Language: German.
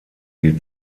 die